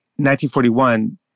1941